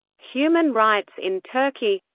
human rights in turkey